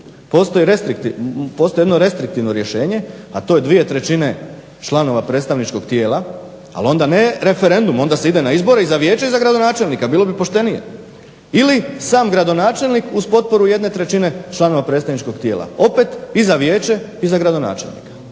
Postoji jedno restriktivno rješenje, a to je 2/3 članova predstavničkog tijela, ali onda ne referendum, onda se ide na izbore i za vijeće i za gradonačelnika, bilo bi poštenije. Ili sam gradonačelnik uz potporu 1/3 članova predstavničkog tijela opet i za vijeće i za gradonačelnika.